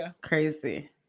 crazy